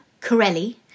Corelli